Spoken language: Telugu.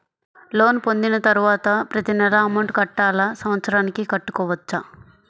లోన్ పొందిన తరువాత ప్రతి నెల అమౌంట్ కట్టాలా? సంవత్సరానికి కట్టుకోవచ్చా?